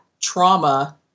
trauma